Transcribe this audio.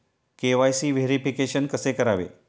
KYC verification कसे करावे?